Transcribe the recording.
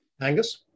Angus